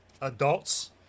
adults